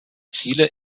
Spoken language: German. ziele